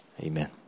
Amen